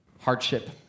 hardship